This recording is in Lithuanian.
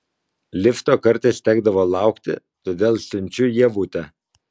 lifto kartais tekdavo laukti todėl siunčiu ievutę